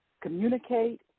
communicate